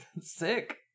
sick